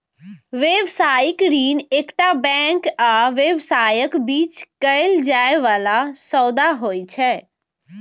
व्यावसायिक ऋण एकटा बैंक आ व्यवसायक बीच कैल जाइ बला सौदा होइ छै